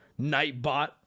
Nightbot